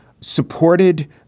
supported